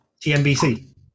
CNBC